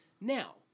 Now